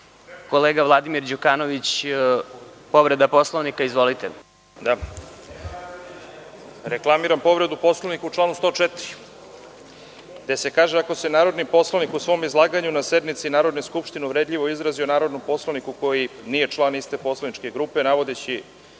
kolega Vladimir Đukanović, po povredi Poslovnika. **Vladimir Đukanović** Reklamiram povredu Poslovnika u članu 104, gde se kaže da ako se narodni poslanik u svom izlaganju na sednici Narodne skupštine uvredljivo izrazi o narodnom poslaniku koji nije član iste poslaničke grupe, navodeći